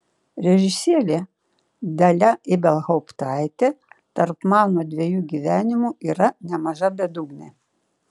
režisierė dalia ibelhauptaitė tarp mano dviejų gyvenimų yra nemaža bedugnė